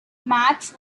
match